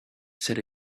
said